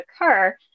occur